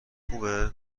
خوبه